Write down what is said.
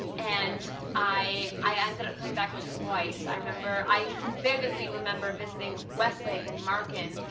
and i i ended up going back twice, i remember. i vividly remember visiting westlake and markin,